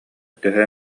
төһө